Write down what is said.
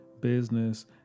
business